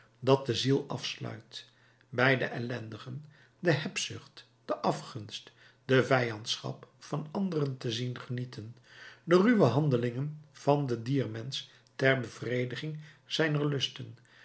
dat de ziel afsluit bij de ellendigen de hebzucht de afgunst de vijandschap van anderen te zien genieten de ruwe handelingen van den diermensch ter bevrediging zijner lusten